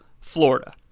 Florida